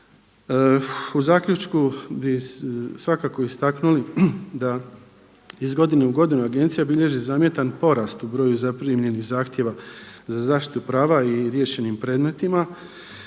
U zaključku bi svakako istaknuli da iz godine u godinu agencija bilježi zamjetan porast u broju zaprimljenih zahtjeva za zaštitu prava i riješenim predmetima,